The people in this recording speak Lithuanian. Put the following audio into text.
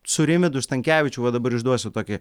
su rimvydu stankevičiu va dabar užduosiu tokį